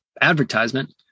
advertisement